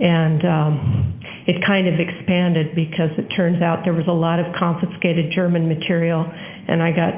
and it kind of expanded because it turns out there was a lot of confiscated german material and i got